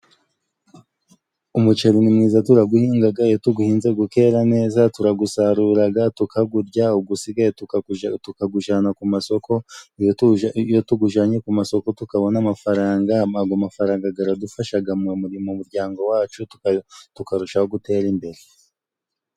Umuceri ni mwiza turaguhingaga, iyo tuguhinze gukera neza turagusaruraga, tukagurya, ugusigaye tukagujana ku masoko, iyo tugujanye ku masoko, iyo tugujanye ku masoko tukabona amafaranga, ago mafaranga garadufashaga mu muryango wacu, tukarushaho gutera imbere.